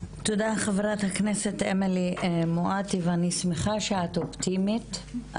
תודה חברת הכנסת אמילי מואטי ואני שמחה שאת אופטימית.